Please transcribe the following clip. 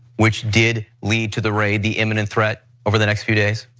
which did lead to the raid, the imminent threat over the next few days?